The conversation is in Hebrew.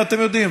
אתם יודעים,